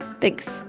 Thanks